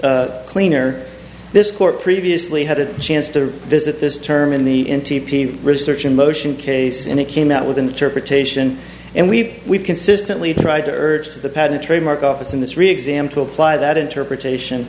cleaner this court previously had a chance to visit this term in the research in motion case and it came out with an interpretation and we've we've consistently tried to urge the patent trademark office in this re exam to apply that interpretation